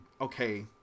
okay